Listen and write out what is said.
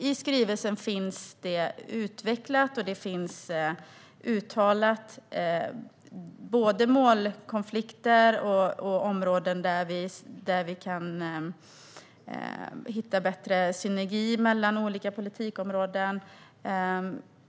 I skrivelsen finns utvecklat och uttalat både målkonflikter och områden där vi kan hitta en bättre synergi mellan olika politikområden.